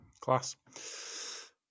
Class